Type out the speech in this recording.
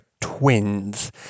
TWINS